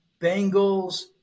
Bengals